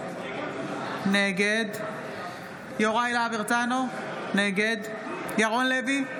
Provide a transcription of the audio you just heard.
נגד יוראי להב הרצנו, נגד ירון לוי,